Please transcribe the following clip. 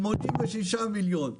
86 מיליון,